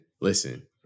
listen